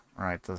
Right